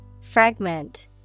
Fragment